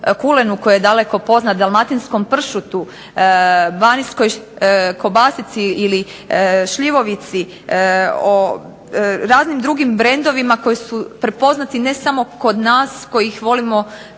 kulenu koji je daleko poznat dalmatinskom pršutu, baranjskoj kobasici ili šljivovici, o raznim drugim brendovima koji su prepoznati ne samo kod nas koji ih volimo na